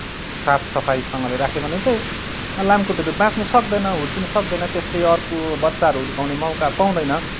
साफसफाइसँगले राख्यो भने चाहिँ लामखुट्टेहरू बाँच्न सक्दैन हुर्किन सक्दैन त्यसले अर्को बच्चाहरू हुर्काउने मौका पाउँदैन